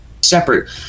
separate